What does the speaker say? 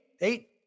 eight